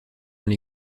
dans